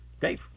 Dave